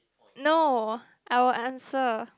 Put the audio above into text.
no I will answer